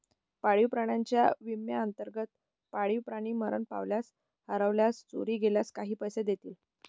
पाळीव प्राण्यांच्या विम्याअंतर्गत, पाळीव प्राणी मरण पावल्यास, हरवल्यास, चोरी गेल्यास काही पैसे देतील